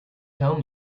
tell